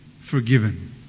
forgiven